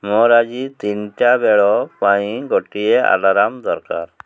ମୋର ଆଜି ତିନିଟା ବେଳ ପାଇଁ ଗୋଟିଏ ଆଲାର୍ମ ଦରକାର